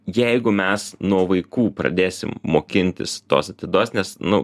jeigu mes nuo vaikų pradėsim mokintis tos atidos nes nu